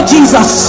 Jesus